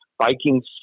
Vikings